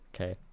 Okay